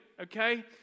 Okay